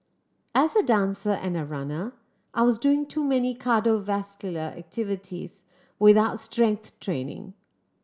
as a dancer and a runner I was doing too many cardiovascular activities without strength training